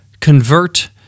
convert